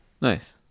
Nice